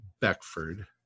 Beckford